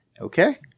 okay